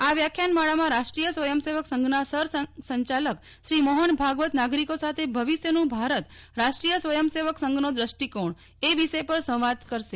આ વ્યાખ્યાનમાળામાં રાષ્ટ્રીય સ્વંયસેવક સંઘના સરસંઘચાલક શ્રી મોહન ભાગવત નાગરિકો સાથે ભવિષ્યનું ભારત રાષ્ટ્રીય સ્વયંસેવક સંઘનો દ્રષ્ટિકોણ એ વિષય પર સંવાદ કરશે